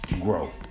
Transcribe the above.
GROW